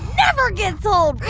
never gets old,